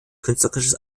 künstlerisches